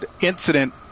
incident